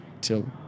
till